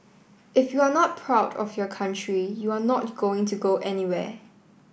if you are not proud of your country you are not going to go anywhere